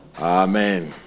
Amen